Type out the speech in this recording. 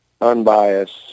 unbiased